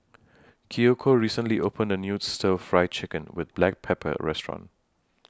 Kiyoko recently opened A New Stir Fry Chicken with Black Pepper Restaurant